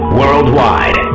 worldwide